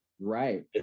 Right